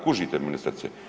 Kužite ministrice?